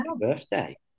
Birthday